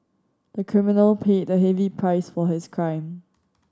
the criminal paid a heavy price for his crime